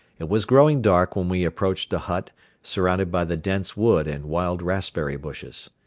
it was growing dark when we approached a hut surrounded by the dense wood and wild raspberry bushes.